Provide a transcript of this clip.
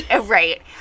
Right